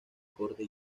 corte